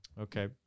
okay